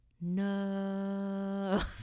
no